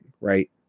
Right